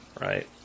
right